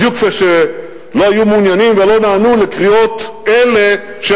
בדיוק כפי שלא היו מעוניינים ולא נענו לקריאות אלה של